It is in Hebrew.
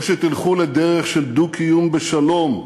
או שתלכו לדרך של דו-קיום בשלום,